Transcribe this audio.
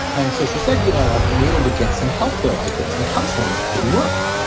and so she said, you know, i've been able to get some help, though. i get some counseling through work.